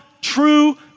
true